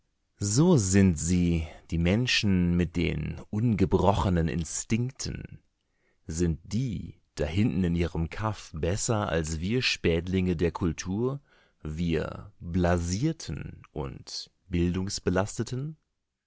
so sind sie die menschen mit den ungebrochenen instinkten sind die dahinten in ihrem kaff besser als wir spätlinge der kultur wir blasierten und bildungsbelasteten